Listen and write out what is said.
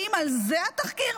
האם על זה התחקיר?